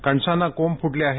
कणसांना कोंब फुटले आहेत